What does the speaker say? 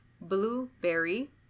Blueberry